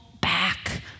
back